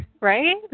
right